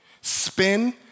spin